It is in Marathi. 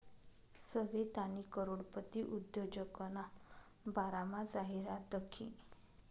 सवितानी करोडपती उद्योजकना बारामा जाहिरात दखी